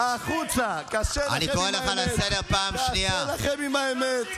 קשה לכם עם האמת.